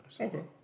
Okay